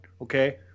okay